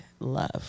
love